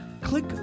click